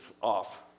off